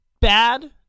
bad